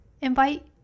Invite